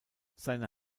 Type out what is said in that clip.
seine